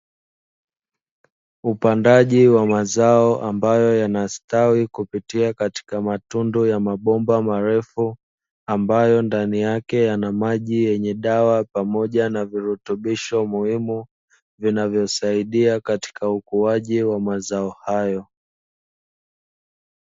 Upandaji wa mazao ambayo yanastawi kupitia katika matundu ya mabomba marefu, ambayo ndani yake yana maji yenye dawa pamoja na virutubisho muhimu vinavyosaidia katika ukuaji wa mazao hayo.